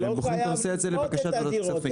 הם בוחנים נושא זה לבקשת ועדת הכספים.